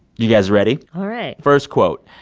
you guys, ready? all right first quote,